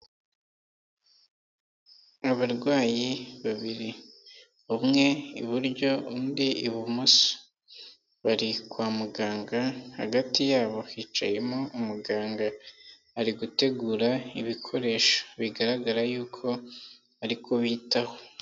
Abarwayi babiri, umwe iburyo undi ibumoso, bari kwa muganga, hagati yabo hicayemo umuganga ari gutegura ibikoresho, bigaragara y'uko ari kubitaho.